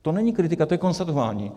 To není kritika, to je konstatování.